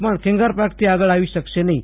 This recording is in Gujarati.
પણ ખેંગારપાર્કથી આગળ આવી શકશે નહીં